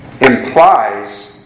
implies